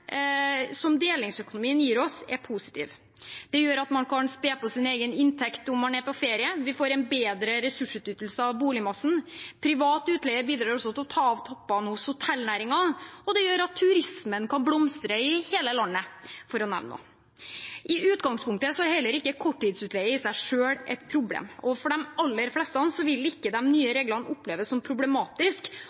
delingsøkonomien gir oss, er positive. Det gjør at man kan spe på egen inntekt om man er på ferie, og man får en bedre ressursutnyttelse av boligmassen. Privat utleie bidrar også til å ta av toppene hos hotellnæringen, og det gjør at turismen kan blomstre i hele landet – for å nevne noe. I utgangspunktet er heller ikke korttidsutleie i seg selv et problem. Og for de aller fleste vil ikke de nye reglene oppleves som